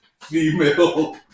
female